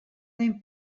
den